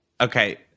Okay